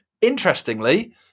Interestingly